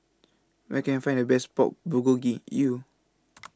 Where Can I Find The Best Pork Bulgogi U